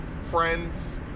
friends